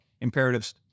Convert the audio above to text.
imperatives